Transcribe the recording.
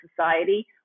society